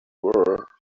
were